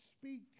speak